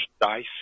dice